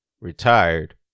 retired